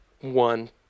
one